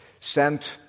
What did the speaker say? sent